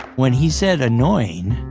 when he said annoying,